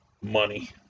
money